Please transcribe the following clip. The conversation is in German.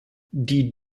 die